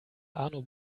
arno